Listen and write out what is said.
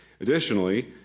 Additionally